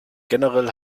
generell